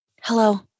hello